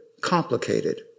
complicated